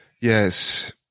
yes